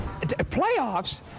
playoffs